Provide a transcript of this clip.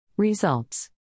Results